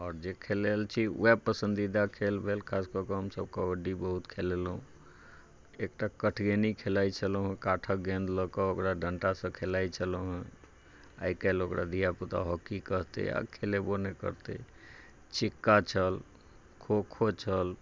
आओर जे खेलाएल छी वएह पसन्दीदा खेल भेल खासकऽ कऽ हमसब कबड्डी बहुत खेलेलहुँ एकटा कटएनी खेलाइ छलहुँ काठ गेन्द लऽ कऽ ओकरा डन्टासँ खेलाइ छलहुँ हँ आइ काल्हि ओकरा धिया पुता हॉकी कहतै आओर खेलेबो नहि करतै चिक्का छल खो खो छल